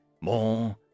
more